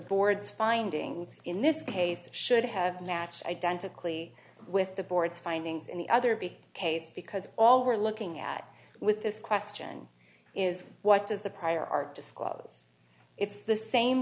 board's findings in this case should have matched identically with the board's findings in the other big case because all we're looking at with this question is what does the prior art disclose it's the same